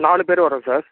நாலு பேர் வர்றோம் சார்